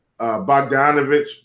Bogdanovich